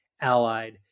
allied